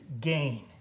gain